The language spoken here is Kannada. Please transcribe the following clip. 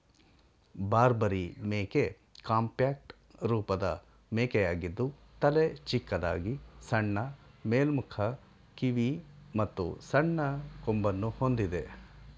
ಬಾರ್ಬರಿ ಮೇಕೆ ಕಾಂಪ್ಯಾಕ್ಟ್ ರೂಪದ ಮೇಕೆಯಾಗಿದ್ದು ತಲೆ ಚಿಕ್ಕದಾಗಿ ಸಣ್ಣ ಮೇಲ್ಮುಖ ಕಿವಿ ಮತ್ತು ಸಣ್ಣ ಕೊಂಬನ್ನು ಹೊಂದಿದೆ